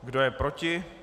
Kdo je proti?